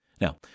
Now